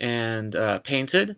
and painted.